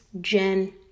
Jen